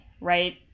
right